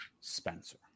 Spencer